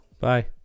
Bye